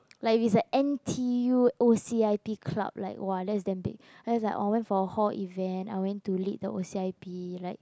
like if it's like N_T_U O_C_I_P club right !wah! that's damn big then it's like oh I went to hall event I went to lead the O_C_I_P like